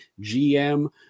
GM